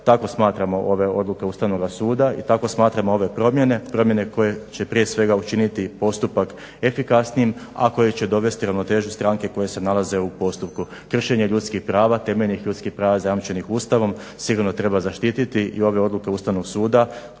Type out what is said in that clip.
tako smatramo ove odluke Ustavnoga suda i tako smatramo ove promjene. Promjene koje će prije svega učiniti postupak efikasnijim, a koje će dovesti ravnotežu stranke koje se nalaze u postupku. Kršenje ljudskih prava, temeljnih ljudskih prava zajamčenih Ustavom sigurno treba zaštiti i ove odluke Ustavnog suda,